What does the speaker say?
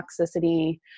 toxicity